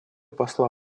посла